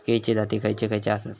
केळीचे जाती खयचे खयचे आसत?